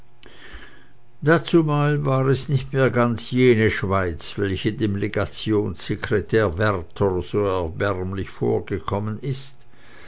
dazumal war es nicht ganz mehr jene schweiz welche dem legationssekretär werther so erbärmlich vorgekommen ist